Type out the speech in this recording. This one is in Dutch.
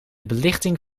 belichting